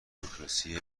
دموکراسی